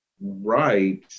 right